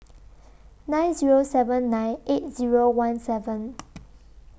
nine Zero seven nine eight Zero one seven